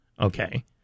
Okay